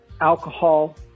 alcohol